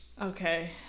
Okay